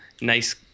nice